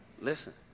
Listen